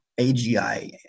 AGI